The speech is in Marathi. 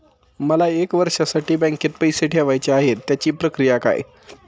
मला एक वर्षासाठी बँकेत पैसे ठेवायचे आहेत त्याची प्रक्रिया काय?